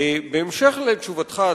בהמשך לתשובתך,